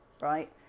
right